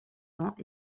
ans